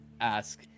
ask